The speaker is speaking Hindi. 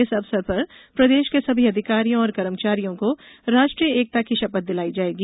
इस अवसर पर प्रदेश के समी अधिकारियों और कर्मचारियों को राष्ट्रीय एकता की शपथ दिलाई जाएगी